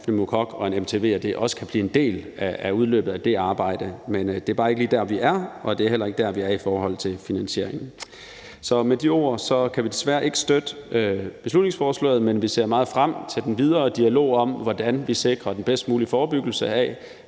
og en MTV også kan blive en del af det, som det arbejde munder ud i, men det er bare ikke der, vi er, og det er heller ikke der, vi er i forhold til finansiering. Så med de ord kan vi desværre ikke støtte beslutningsforslaget, men vi ser meget frem til den videre dialog om, hvordan vi sikrer den bedst mulige forebyggelse af,